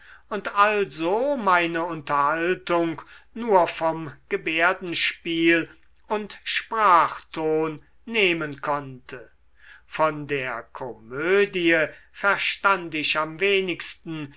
und also meine unterhaltung nur vom gebärdenspiel und sprachton nehmen konnte von der komödie verstand ich am wenigsten